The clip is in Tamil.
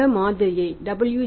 இந்த மாதிரியை W